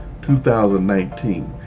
2019